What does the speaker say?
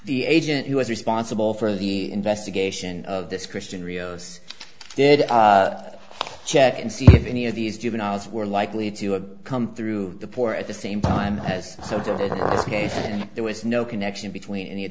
the agent who was responsible for the investigation of this christian rio's did check and see if any of these juveniles were likely to have come through the poor at the same time as so there was no connection between any of